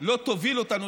לא תוביל אותנו,